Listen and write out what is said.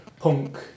punk